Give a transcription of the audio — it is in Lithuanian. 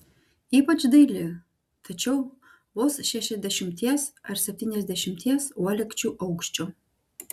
ypač daili tačiau vos šešiasdešimties ar septyniasdešimties uolekčių aukščio